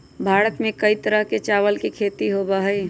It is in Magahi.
भारत में कई तरह के चावल के खेती होबा हई